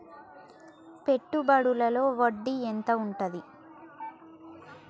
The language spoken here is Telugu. పెట్టుబడుల లో వడ్డీ ఎంత ఉంటది?